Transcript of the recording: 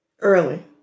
Early